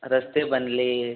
रस्ते बनले